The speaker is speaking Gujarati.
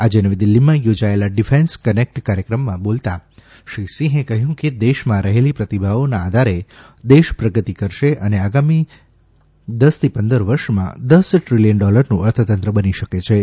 આજે નવી દિલ્હીમાં યોજાયેલા ડીફેન્સ કનેકટ કાર્યક્રમમાં બોલતો શ્રી સિંહે કહ્યુ કે દેશમાં રહેલી પ્રતિભાઓના આધારે દેશ પ્રગતિ કરશે અને આગામી દસીથી પંદર વર્ષમાં દસ દ્રીલીયન ડોલરનુ અર્થતંત્ર બની શકેછે